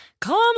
Come